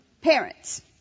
Parents